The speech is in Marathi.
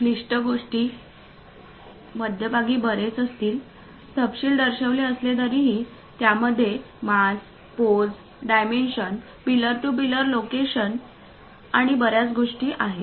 क्लिष्ट गोष्टी मध्यभागी बरेच आतील तपशील दर्शविलेले असले तरीही यामध्ये mass pose dimension pillar to pillar लोकेशनmass pose the dimensions pillar to pillar locations आणि बर्याच गोष्टी आहेत